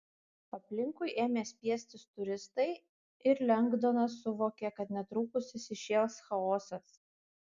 aplinkui ėmė spiestis turistai ir lengdonas suvokė kad netrukus įsišėls chaosas